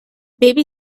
baby